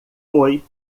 foi